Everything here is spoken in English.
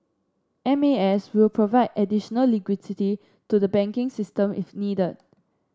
M A S will provide additional liquidity to the banking system if needed